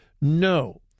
No